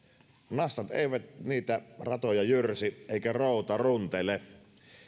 nastat eivät niitä ratoja jyrsi eikä routa runtele